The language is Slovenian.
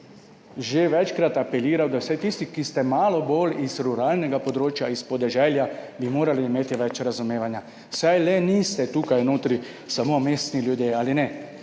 že večkrat apeliral, da vsaj tisti, ki ste malo bolj iz ruralnega področja, iz podeželja, bi morali imeti več razumevanja. Saj le niste tukaj notri samo mestni ljudje, ali ne?